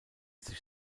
sich